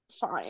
Fine